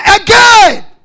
again